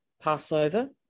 Passover